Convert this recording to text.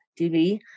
TV